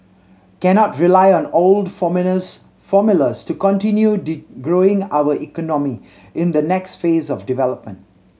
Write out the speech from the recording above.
cannot rely on old formulas to continue growing our economy in the next phase of development